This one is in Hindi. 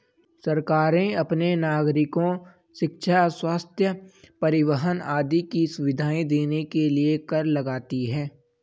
सरकारें अपने नागरिको शिक्षा, स्वस्थ्य, परिवहन आदि की सुविधाएं देने के लिए कर लगाती हैं